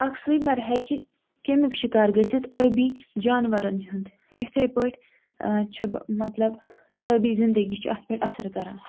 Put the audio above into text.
اَکھ سویمَر ہیٚکہِ کَمیُک شِکار گٔژھِتھ ٲبی جانوَرَن ہُنٛد یِتھٕے پٲٹھۍ چھُ مَطلَب ٲبی زنٛدَگی چھِ اَتھ پٮ۪ٹھ اَثَر کَران